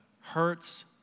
hurts